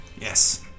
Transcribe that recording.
Yes